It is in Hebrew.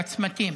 בצמתים.